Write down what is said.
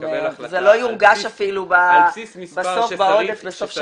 וזה לא יורגש אפילו בסוף בעודף בסוף שנה.